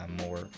more